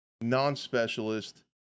non-specialist